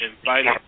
invited